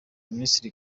ministre